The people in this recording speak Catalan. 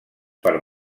per